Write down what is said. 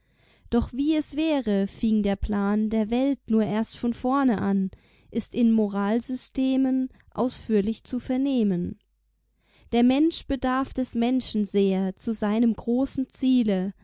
doch wie es wäre fing der plan der welt nur erst von vorne an ist in moralsystemen ausführlich zu vernehmen der mensch bedarf des menschen sehr zu seinem großen ziele